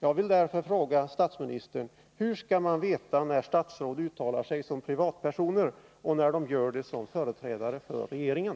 Jag vill därför fråga statsministern: Hur skall man veta när statsråd uttalar sig som privatpersoner och när de gör det som företrädare för regeringen?